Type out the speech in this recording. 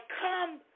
come